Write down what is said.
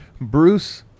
Bruce